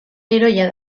heroia